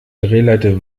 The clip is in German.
drehleiter